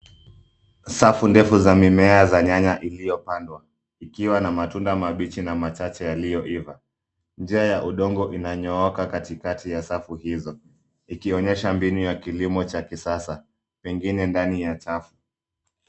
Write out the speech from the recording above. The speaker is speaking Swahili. Safu ndefu za mimea za nyanya iliyopandwa, ikiwa na matunda mabichi na machache yaliyoiva. Njia ya udongo inanyooka katikati ya safu hizo, ikionyesha mbinu ya kilimo cha kisasa, pengine ndani ya chafu.